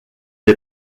est